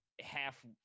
half